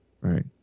Right